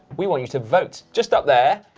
we want you to vote, just up there,